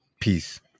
Peace